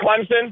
Clemson